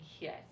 Yes